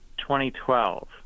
2012